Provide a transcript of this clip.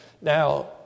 Now